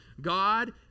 God